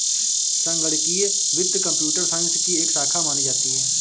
संगणकीय वित्त computer science की एक शाखा मानी जाती है